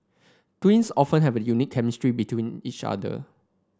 twins often have a unique chemistry between each other